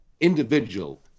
individual